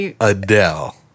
Adele